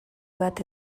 bat